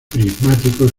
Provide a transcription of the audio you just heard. prismáticos